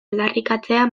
aldarrikatzea